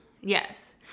Yes